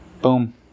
boom